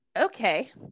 okay